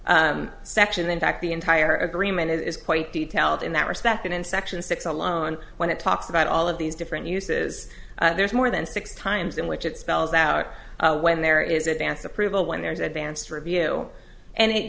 section in fact the entire agreement is quite detailed in that respect and in section six alone when it talks about all of these different uses there's more than six times in which it spells out when there is advance approval when there is advanced review and it